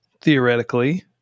theoretically